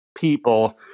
people